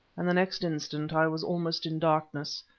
and the next instant i was almost in darkness,